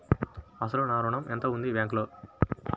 అసలు నా ఋణం ఎంతవుంది బ్యాంక్లో?